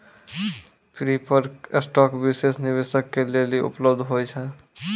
preferred stock विशेष निवेशक के लेली उपलब्ध होय छै